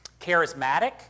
charismatic